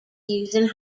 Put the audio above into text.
using